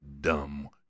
Dumb